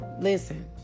listen